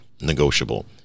negotiable